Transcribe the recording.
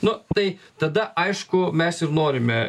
nu tai tada aišku mes ir norime